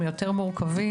הם יותר מורכבים.